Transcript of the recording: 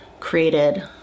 created